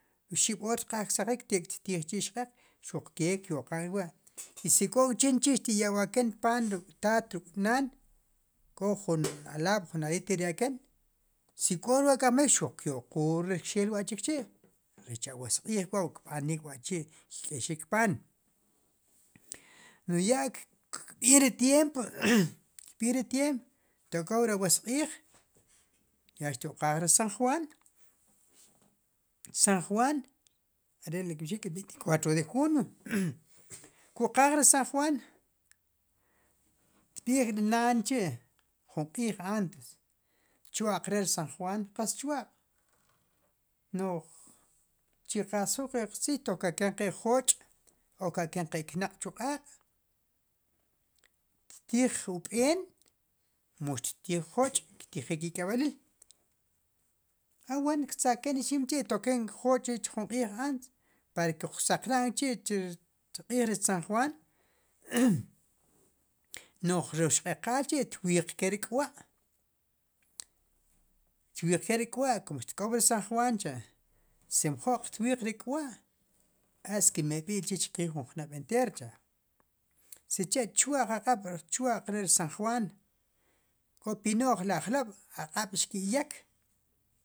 Oxib' oor tjaaj ksaqriq tek'tqaaj chi' ksaqrik, xuq kee kyo'qan wa' si k'o chinchi' xti'yawaken, paan ruk'taat ruk naan, k'o jun alaab' nab'ey xti'yawaken, si k'o wa' rk'amajb'ik, ruq xtyo'quul rk'xeel wa' chik chi' rech awoosq'iij pues k'wa' kb'anik, rech rq'iijliil paan, no'j yaa kb'iin ri tyeemp, kb'iin ri tyeemp ko k'oy ri awosq'iij, ya xto'qaaj ri san juann, san juaan are'ri kb'ixik, cuatro de junio ko'qaaj ri sanjuaan, kirb'iij k're'naan jun q'iij antes chwáq re ri sanjuaan, qatz chwa'q n'oj chiqaasjul qe' tziiy xtiq ya'nken qe'jooch' oka'ken qe knaq' chuq'aaq' xtiij ub'een, mu xtiij jooch' ktijik ik'eb'eliil, aween ktzkeen ixim chi' xtoken jooch' chi' chu jun q'iij antes, para que kuj saqra'n chi' chu ri q'iij rech san juaan, no'j ri xq'eqaal chi' kwiiqken ri k'wa', xtwiiqken ri k'wa' kun xtok'oy ri san juuaan cha' si mjoo'q xtwiiq ri k'wa' eke exmeb'iil chi' jun jnoob' enteercha' sicha' chwa'q aq'aab' chwa'q re ri sanjuaan, k'o pino'j ri ajk'lob' aq'aab' xki' yeek.